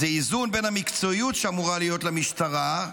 זה איזון בין המקצועיות שאמורה להיות למשטרה,